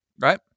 right